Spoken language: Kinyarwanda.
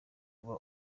kuba